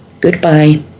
Goodbye